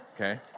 okay